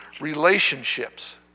relationships